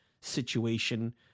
situation